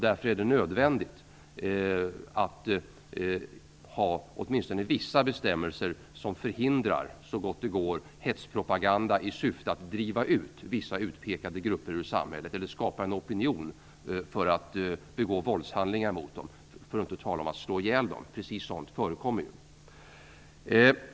Därför är det nödvändigt att det finns åtminstone vissa bestämmelser som så gott det går förhindrar hetspropaganda i syfte att driva ut vissa utpekade grupper ur samhället eller att skapa en opinion för att våldshandlingar begås mot dem, för att inte tala om att de slås ihjäl - precis sådant förekommer ju.